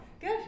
Good